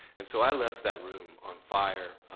and so i left that room on fire,